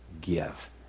give